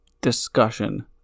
discussion